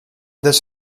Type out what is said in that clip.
this